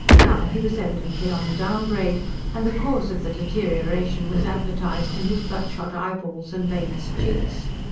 now he was evidently on the downgrade and the cause of the deterioration was advertised in his bloodshot eyeballs and veinous cheeks.